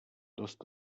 dost